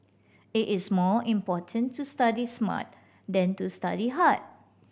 it is more important to study smart than to study hard